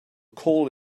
call